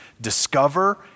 discover